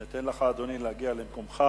אני אתן לך, אדוני, להגיע למקומך,